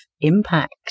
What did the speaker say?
impact